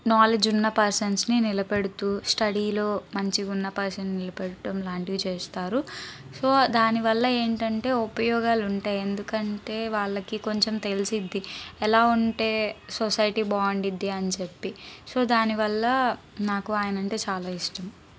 knowledge ఉన్న పర్సన్స్ని నిలబెడుతు స్టడీలో మంచిగా ఉన్న పర్సన్ నిలబెట్టడం లాంటివి చేస్తారు సో దానివల్ల ఏంటంటే ఉపయోగాలు ఉంటాయి ఎందుకంటే వాళ్ళకి కొంచెం తెలిసిద్ది ఎలా ఉంటే సొసైటీ బాగుండిద్ది అని చెప్పి సో దానివల్ల నాకు ఆయన అంటే చాలా ఇష్టం